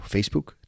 Facebook